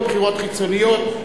בבחירות חיצוניות.